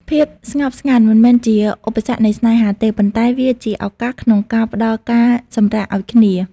ភាពស្ងប់ស្ងាត់មិនមែនជាឧបសគ្គនៃស្នេហាទេ ប៉ុន្តែវាជាឱកាសក្នុងការផ្ដល់ការសម្រាកឱ្យគ្នា។